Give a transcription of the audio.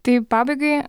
taip pabaigai